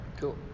cool